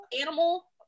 animal